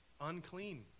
unclean